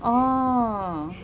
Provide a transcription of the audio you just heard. oh